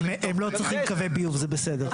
הם לא צריכים קווי ביוב זה בסדר,